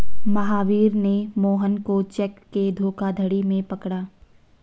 महावीर ने मोहन को चेक के धोखाधड़ी में पकड़ा